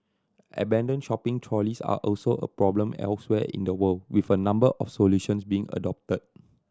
abandoned shopping trolleys are also a problem elsewhere in the world with a number of solutions being adopted